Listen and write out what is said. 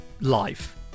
life